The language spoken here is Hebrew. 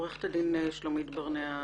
עורכת הדין שלומית ברנע פרגו,